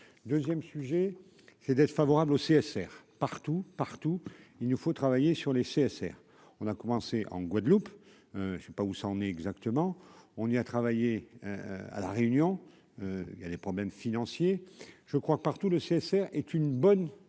2ème sujet c'est d'être favorable au CSR partout, partout, il nous faut travailler sur les CSR, on a commencé en Guadeloupe, je ne sais pas où ça en est exactement, on y a travaillé à la Réunion, il y a des problèmes financiers, je crois, partout le CSR est une bonne